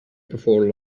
before